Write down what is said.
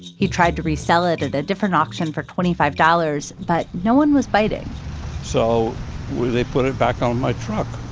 he tried to resell it at a different auction for twenty five dollars but no one was biting so they put it back on my truck,